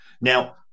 now